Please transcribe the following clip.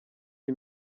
iyi